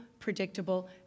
Predictable